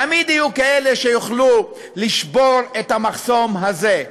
תמיד יהיו כאלה שיוכלו לשבור את המחסום הזה,